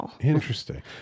Interesting